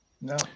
no